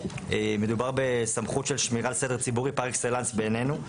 מדובר בסמכות של שמירה על סדר ציבורי פר אקסלנס בעינינו,